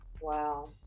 Wow